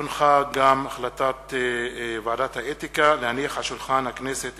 החלטת ועדת האתיקה בעניין